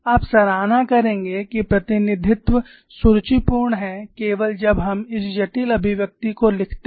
आप सराहना करेंगे कि प्रतिनिधित्व सुरुचिपूर्ण है केवल जब हम इस जटिल अभिव्यक्ति को लिखते हैं